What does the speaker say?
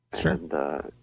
Sure